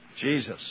Jesus